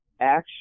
action